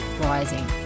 Rising